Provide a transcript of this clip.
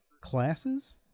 classes